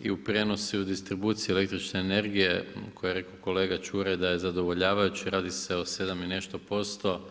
i u prijenosu i u distribuciji električne energije, tko je rekao kolega Ćuraj da je zadovoljavajući, radi se o sedam i nešto posto.